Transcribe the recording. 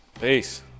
Peace